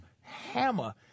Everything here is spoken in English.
Hammer